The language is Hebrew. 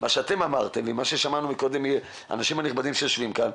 מה שאתם אמרתם ומה ששמענו מהאנשים הנכבדים שיושבים כאן,